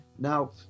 Now